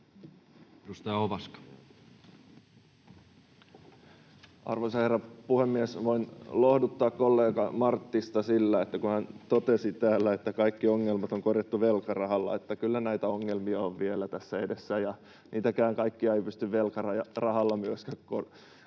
Arvoisa herra puhemies! Voin lohduttaa kollega Marttista, kun hän totesi täällä, että kaikki ongelmat on korjattu velkarahalla, että kyllä näitä ongelmia on vielä tässä edessä ja niitäkään kaikkia ei pysty velkarahalla myöskään korvaamaan